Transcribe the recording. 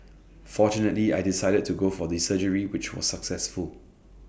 fortunately I decided to go for the surgery which was successful